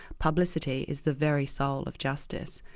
publicity is the very soul of justice,